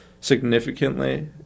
significantly